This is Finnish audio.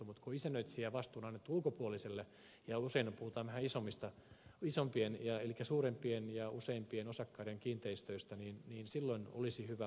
mutta kun isännöitsijävastuu on annettu ulkopuoliselle ja usein puhutaan vähän isompien elikkä suurempien ja useampien osakkaiden kiinteistöistä niin silloin olisi hyvä harkita